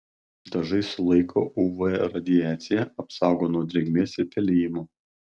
dažai sulaiko uv radiaciją apsaugo nuo drėgmės ir pelijimo